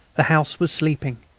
the house was sleeping.